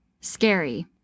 Scary